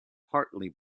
partly